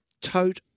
tote